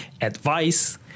advice